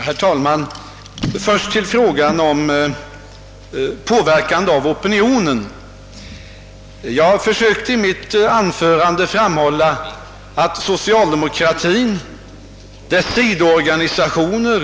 Herr talman! Jag försökte. — för att först ta upp frågan om opinionspåverkan — i mitt anförande framhålla att socialdemokratin, dess sidoorganisationer.